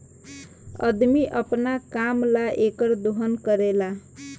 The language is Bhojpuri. अदमी अपना काम ला एकर दोहन करेला